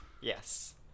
Yes